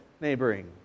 neighboring